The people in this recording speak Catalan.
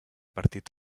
partit